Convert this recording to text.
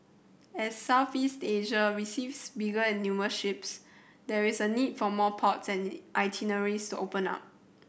as Southeast Asia receives bigger and newer ships there is a need for more ports and itineraries open up